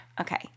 Okay